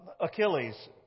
Achilles